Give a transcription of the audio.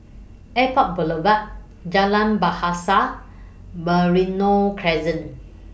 Airport Boulevard Jalan Bahasa Merino Crescent